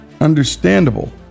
understandable